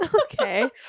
Okay